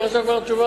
איך יש לו כבר תשובה?